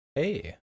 Hey